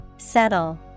Settle